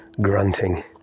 grunting